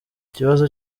ikibazo